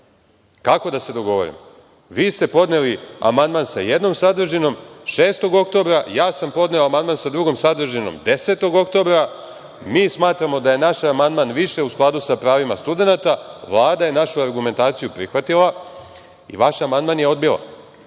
Kako da se dogovorimo? Vi ste podneli amandman sa jednom sadržinom 6. oktobra. Ja sam podneo amandman sa drugom sadržinom 10. oktobra. Mi smatramo da je naš amandman više u skladu sa pravima studenata. Vlada je našu argumentaciju prihvatila i vaš amandman je odbila. Nije